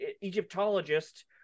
Egyptologist